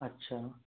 अच्छा